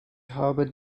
habe